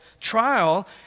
trial